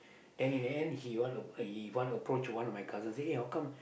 then in the end he want app~ he want approach one of my cousin say eh how come